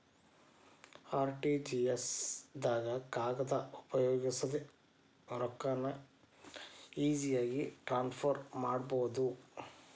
RTGS ದಾಗ ಕಾಗದ ಉಪಯೋಗಿಸದೆ ರೊಕ್ಕಾನ ಈಜಿಯಾಗಿ ಟ್ರಾನ್ಸ್ಫರ್ ಮಾಡಬೋದು